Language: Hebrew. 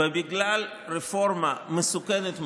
ובגלל רפורמה מסוכנת מאוד,